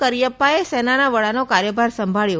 કરિયપ્પાએ સેનાના વડાનો કાર્યભાર સંભાળ્યો